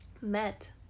met